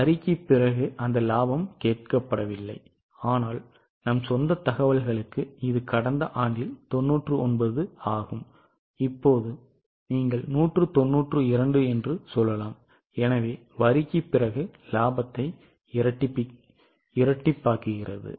எனவே வரிக்குப் பிறகு அந்த இலாபம் கேட்கப்படவில்லை ஆனால் நம் சொந்த தகவல்களுக்கு இது கடந்த ஆண்டு 99 ஆகும் இப்போது நீங்கள் 192 என்று சொல்லலாம் எனவே வரிக்குப் பிறகு இலாபத்தை இரட்டிப்பாக்குகிறது